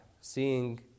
seeing